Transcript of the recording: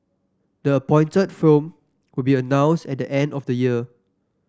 the appointed firm will be announced at the end of the year